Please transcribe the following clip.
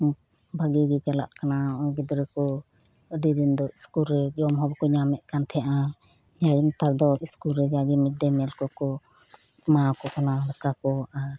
ᱵᱷᱟᱹᱜᱤ ᱜᱮ ᱪᱟᱞᱟᱜ ᱠᱟᱱᱟ ᱱᱚᱜ ᱚᱭ ᱜᱤᱫᱽᱨᱟᱹ ᱠᱚ ᱟᱹᱰᱤ ᱫᱤᱱ ᱫᱚ ᱤᱥᱠᱩᱞ ᱨᱮ ᱡᱚᱢ ᱦᱚᱸ ᱵᱟᱠᱚ ᱧᱟᱢᱮᱫ ᱛᱟᱦᱮᱸᱱᱟ ᱱᱮᱛᱟᱨ ᱫᱚ ᱤᱥᱠᱩᱞ ᱨᱮ ᱡᱟᱜᱮ ᱢᱤᱰᱮᱢᱤᱞ ᱠᱚ ᱠᱚ ᱮᱢᱟ ᱟᱠᱚ ᱠᱟᱱᱟ ᱫᱟᱠᱟ ᱠᱚ ᱟᱨ